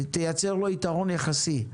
תייצר לו יתרון יחסי.